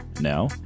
Now